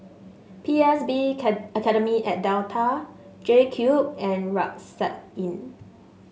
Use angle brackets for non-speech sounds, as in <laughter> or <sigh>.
P S B <unintelligible> Academy at Delta JCube and Rucksack Inn